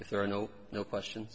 if there are no no question